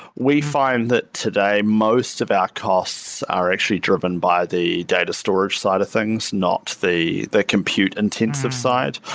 we find that, today, most of our costs are actually driven by the data storage side of things, not the the compute intensive side.